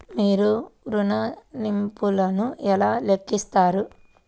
మీరు ఋణ ల్లింపులను ఎలా లెక్కిస్తారు?